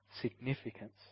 significance